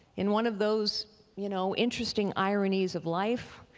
in one of those you know interesting ironies of life,